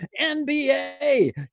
NBA